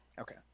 Okay